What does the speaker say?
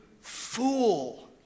fool